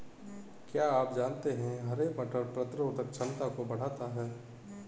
क्या आप जानते है हरे मटर प्रतिरोधक क्षमता को बढ़ाता है?